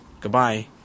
Goodbye